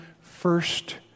first